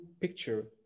picture